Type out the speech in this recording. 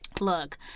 Look